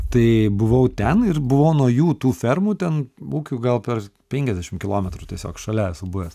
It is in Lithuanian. tai buvau ten ir buvau nuo jų tų fermų ten kokių gal per penkiasdešimt kilometrų tiesiog šalia esu buvęs